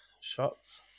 shots